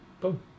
boom